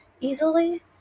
easily